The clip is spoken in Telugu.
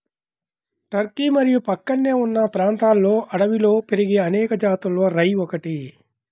టర్కీ మరియు ప్రక్కనే ఉన్న ప్రాంతాలలో అడవిలో పెరిగే అనేక జాతులలో రై ఒకటి